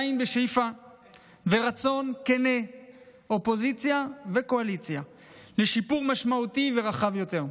עדיין בשאיפה ורצון כן לשיפור משמעותי ורחב יותר.